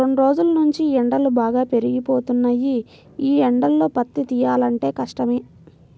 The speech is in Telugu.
రెండ్రోజుల్నుంచీ ఎండలు బాగా పెరిగిపోయినియ్యి, యీ ఎండల్లో పత్తి తియ్యాలంటే కష్టమే